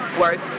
work